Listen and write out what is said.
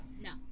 No